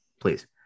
Please